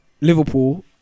Liverpool